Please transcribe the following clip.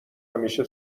همیشه